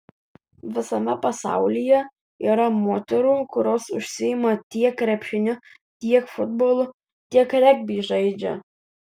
visame pasaulyje yra moterų kurios užsiima tiek krepšiniu tiek futbolu tiek regbį žaidžia